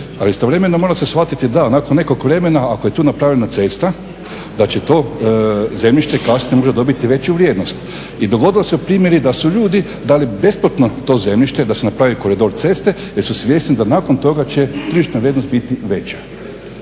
A istovremeno mora se shvatiti da nakon nekog vremena, ako je tu napravljena cesta, da će to zemljište kasnije možda dobiti veću vrijednost. I dogodili su se primjeri da su ljudi dali besplatno to zemljište da se napravi koridor ceste jer su svjesni da nakon toga će tržišna vrijednost biti veća.